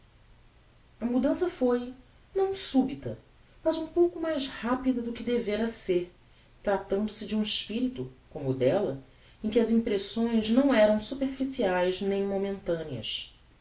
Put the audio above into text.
a mudança foi não súbita mas um pouco mais rapida do que devera ser tratando-se de um espirito como o della em que as impressões não eram superficiaes nem momentaneas